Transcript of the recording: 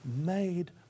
made